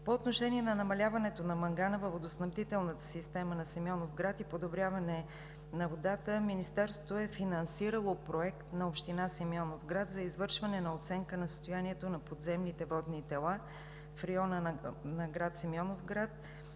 По отношение на намаляването на мангана във водоснабдителната система на Симеоновград и подобряване на водата Министерството е финансирало проект на Община Симеоновград за извършване на оценка на състоянието на подземните водни тела в района на град Симеоновград